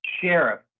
Sheriff